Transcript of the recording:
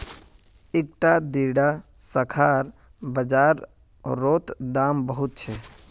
इकट्ठा दीडा शाखार बाजार रोत दाम बहुत छे